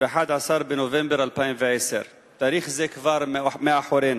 ב-11 בנובמבר 2010. תאריך זה כבר מאחורינו.